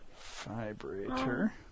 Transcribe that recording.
Vibrator